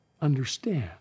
understand